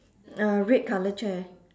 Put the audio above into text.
uh red colour chair